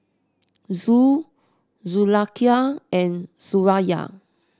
Zul Zulaikha and Suraya